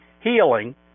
healing